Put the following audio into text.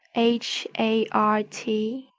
h a r t,